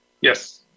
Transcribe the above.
Yes